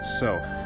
self